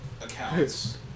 accounts